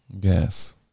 Yes